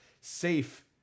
safe